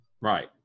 Right